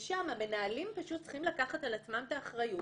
המנהלים פשוט צריכים לקחת על עצמם את האחריות.